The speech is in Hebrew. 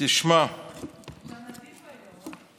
אתה נדיב היום.